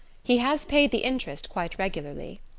he has paid the interest quite regularly.